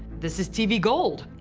this is tv gold,